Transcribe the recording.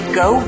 go